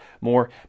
more